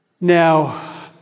Now